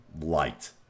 light